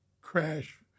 crash